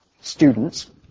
students